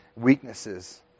Weaknesses